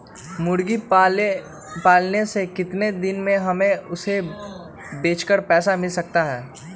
मुर्गी पालने से कितने दिन में हमें उसे बेचकर पैसे मिल सकते हैं?